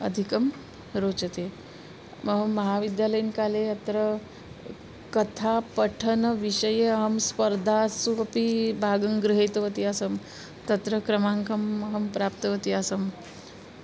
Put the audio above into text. अधिकं रोचते मम महाविद्यालयकाले अत्र कथापठनविषये अहं स्पर्धासु अपि भागं गृहीतवती आसम् तत्र क्रमाङ्कम् अहं प्राप्तवती आसम्